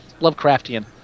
Lovecraftian